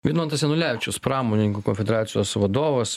vidmantas janulevičius pramonininkų konfederacijos vadovas